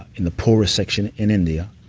in the poorest section in india,